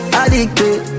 addicted